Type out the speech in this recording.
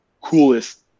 coolest